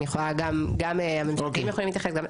גם הממשלתיים יכולים להתייחס.